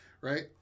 right